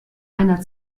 einer